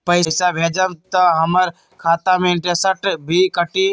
पैसा भेजम त हमर खाता से इनटेशट भी कटी?